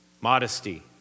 modesty